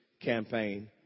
campaign